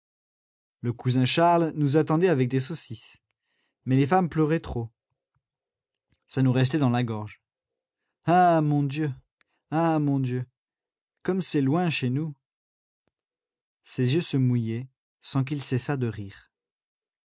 le cousin charles nous attendait avec des saucisses mais les femmes pleuraient trop ça nous restait dans la gorge ah mon dieu ah mon dieu comme c'est loin chez nous ses yeux se mouillaient sans qu'il cessât de rire